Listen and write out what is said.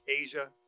Asia